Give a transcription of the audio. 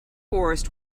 forest